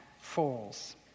falls